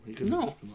No